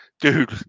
dude